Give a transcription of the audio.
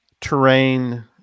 terrain